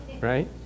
right